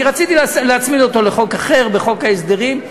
אני רציתי להצמיד אותו לחוק אחר, בחוק ההסדרים.